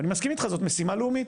ואני מסכים איתך, זאת משימה לאומית.